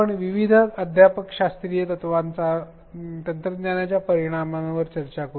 आपण विविध अध्यापनशास्त्रीय तत्त्वांचा तंत्रज्ञानाच्या परिणामांवर चर्चा करू